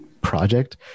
project